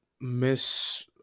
miss